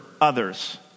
others